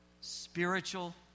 spiritual